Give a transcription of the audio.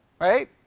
Right